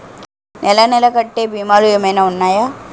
నెల నెల కట్టే భీమాలు ఏమైనా ఉన్నాయా?